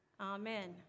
amen